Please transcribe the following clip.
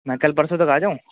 میں کل پرسوں تک آ جاؤں